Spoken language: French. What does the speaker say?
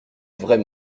vraie